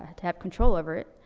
ah to have control over it.